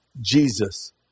Jesus